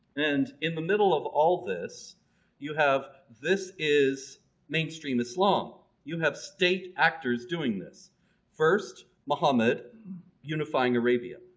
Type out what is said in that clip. and in the middle of all this you have this is mainstream islam. you have state actors doing this first mohammed unifying arabia,